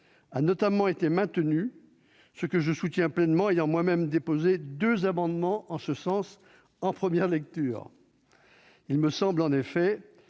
a notamment été maintenue, ce que je soutiens pleinement, ayant moi-même déposé deux amendements en ce sens en première lecture. En effet,